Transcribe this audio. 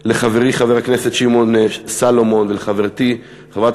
לחברי חבר הכנסת שמעון סולומון ולחברתי חברת